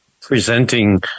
Presenting